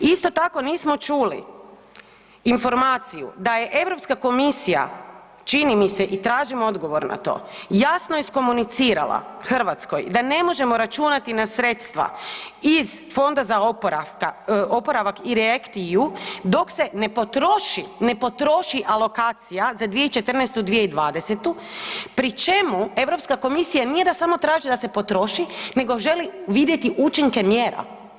Isto tako nismo čuli informaciju da je Europska komisija, čini mi se i tražim odgovor na to, jasno iskomunicirala Hrvatskoj da ne možemo računati na sredstva iz Fonda za oporavak REACT-EU dok se ne potroši, ne potroši alokacija za 2014.-2020. pri čemu Europska komisija nije da samo traži da se potroši nego želi vidjeti učinke mjera.